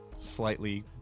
slightly